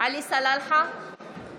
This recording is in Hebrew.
עלי סלאלחה,